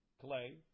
clay